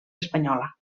espanyola